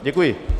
Děkuji.